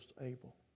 able